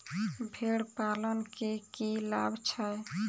भेड़ पालन केँ की लाभ छै?